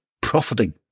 profiting